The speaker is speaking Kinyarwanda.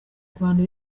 rwanda